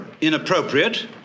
inappropriate